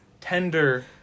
tender